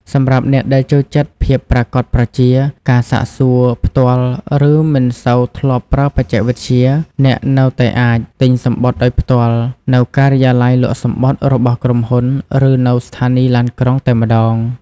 សម្រាប់អ្នកដែលចូលចិត្តភាពប្រាកដប្រជា ការសាកសួរផ្ទាល់ ឬមិនសូវធ្លាប់ប្រើបច្ចេកវិទ្យា អ្នកនៅតែអាច ទិញសំបុត្រដោយផ្ទាល់នៅការិយាល័យលក់សំបុត្ររបស់ក្រុមហ៊ុន ឬនៅស្ថានីយ៍ឡានក្រុង តែម្តង។